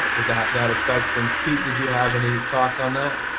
ah that that affects things. pete did you have any thoughts on that?